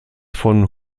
von